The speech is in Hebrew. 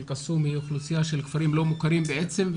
קסום היא אוכלוסייה של כפרים לא-מוכרים בעצם,